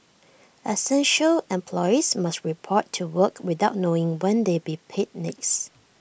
essential employees must report to work without knowing when they'll be paid next